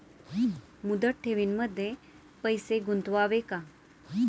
मुदत ठेवींमध्ये पैसे गुंतवावे का?